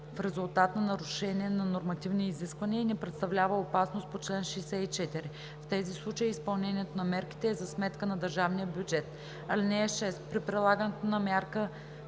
в резултат на нарушение на нормативни изисквания и не представлява опасност по чл. 64. В тези случаи изпълнението на мерките е за сметка на държавния бюджет. (6) При прилагане на мярка